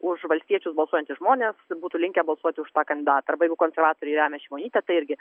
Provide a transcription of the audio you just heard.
už valstiečius balsuojantys žmonės būtų linkę balsuoti už tą kandidatą arba jeigu konservatoriai remia šimonytę tai irgi